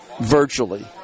virtually